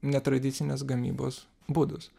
netradicinės gamybos būdus